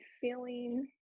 feeling